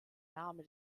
name